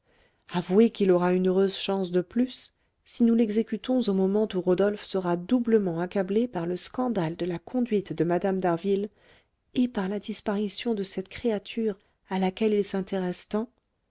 avouez qu'il aura une heureuse chance de plus si nous l'exécutons au moment où rodolphe sera doublement accablé par le scandale de la conduite de mme d'harville et par la disparition de cette créature à laquelle il s'intéresse tant